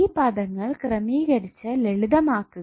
ഈ പദങ്ങൾ ക്രമീകരിച്ചു ലളിതമാക്കുക